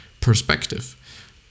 perspective